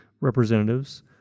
representatives